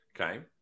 Okay